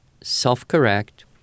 self-correct